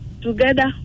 together